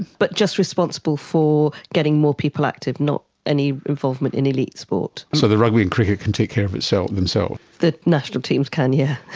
but just responsible for getting more people active, not any involvement in elite sport. so the rugby and cricket can take care of so themselves. the national teams can, yes.